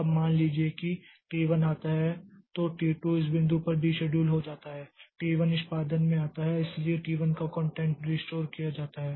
अब मान लीजिए कि T 1 आता है तो T 2 इस बिंदु पर डीशेड्यूल हो जाता है T 1 निष्पादन में आता है और इसलिए T 1 का कॉंटेक्स्ट रिस्टोर किया जाता है